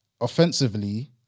offensively